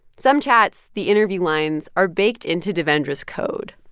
some chats, the interview lines are baked into devendra's code.